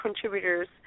contributors